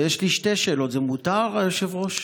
יש לי שתי שאלות, זה מותר, היושב-ראש?